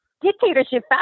dictatorship